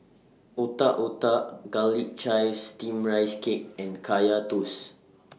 Otak Otak Garlic Chives Steamed Rice Cake and Kaya Toast